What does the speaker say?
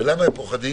ולמה הם פוחדים?